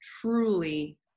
truly